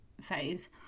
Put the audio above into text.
phase